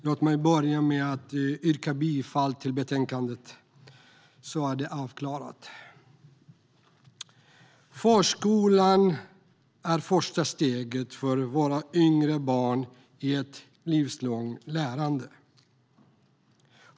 Herr talman! Jag yrkar bifall till utskottets förslag. Förskolan är det första steget för våra yngre barn i ett livslångt lärande.